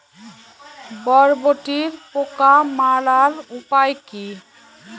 বরবটির পোকা মারার উপায় কি?